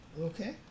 Okay